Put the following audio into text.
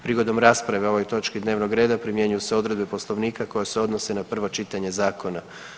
Prigodom rasprave o ovoj točki dnevnog reda primjenjuju se odredbe Poslovnika koje se odnose na prvo čitanje zakona.